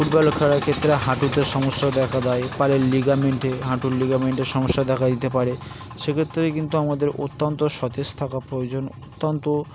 football খেলার ক্ষেত্রে হাঁটুর সমস্যা দেখা দেয় পারে লিগামেন্টে হাঁটুর লিগামিন্টের সমস্যা দেখা দিতে পারে সেক্ষেত্রে কিন্তু আমাদের অত্যন্ত সতেজ থাকা প্রয়োজন অত্যন্ত